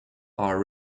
are